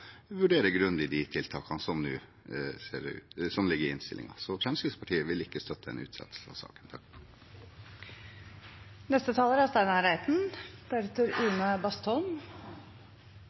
vurdere grundig de tiltakene som ligger i innstillingen. Fremskrittspartiet vil ikke støtte en utsettelse av saken. Neste taler er Steinar Reiten.